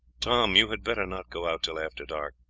tom, you had better not go out till after dark.